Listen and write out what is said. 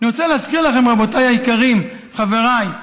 אני רוצה להזכיר לכם, רבותיי היקרים, חבריי,